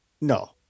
No